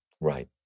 Right